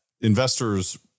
investors